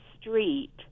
street